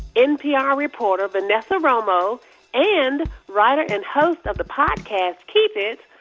npr reporter vanessa romo and writer and host of the podcast keep it,